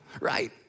right